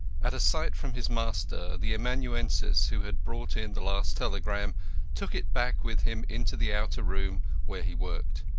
at a sign from his master, the amanuensis who had brought in the last telegram took it back with him into the outer room where he worked.